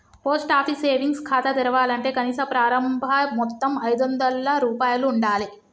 post office savings ఖాతా తెరవాలంటే కనీస ప్రారంభ మొత్తం ఐదొందల రూపాయలు ఉండాలె